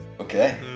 Okay